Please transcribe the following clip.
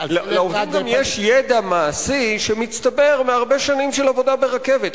לעובדים גם יש ידע מעשי שמצטבר מהרבה שנים של עבודה ברכבת.